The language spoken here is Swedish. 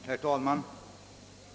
Herr talman!